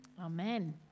Amen